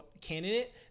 candidate